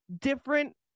different